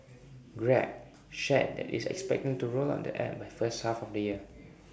grab shared that it's expecting to roll out the app by first half of the year